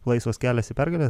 laisvas kelias į pergalę